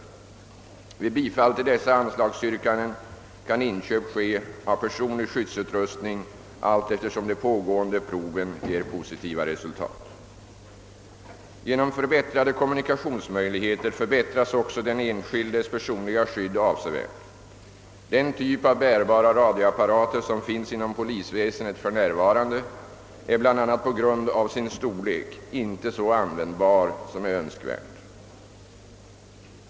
Vid bifall till dessa anslagsyrkanden kan inköp ske av personlig skyddsutrustning allteftersom de pågående proven ger positiva resultat. Genom förbättrade kommunikationsmöjligheter förbättras också den enskildes personliga skydd avsevärt. Den typ av bärbara radioapparater som finns inom polisväsendet för närvarande är bl.a. på grund av sin storlek inte så användbar som är önskvärt.